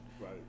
Right